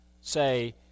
say